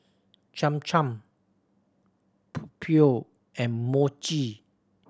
Cham Cham Pho and Mochi